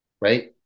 right